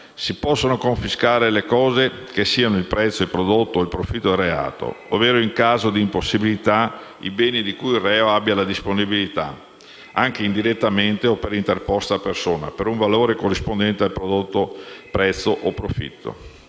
Si possono confiscare le cose che siano il prezzo, il prodotto o il profitto del reato, ovvero, in caso di impossibilità, i beni di cui il reo abbia la disponibilità, anche indirettamente o per interposta persona, per un valore corrispondente al prodotto, prezzo o profitto.